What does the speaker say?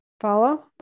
follow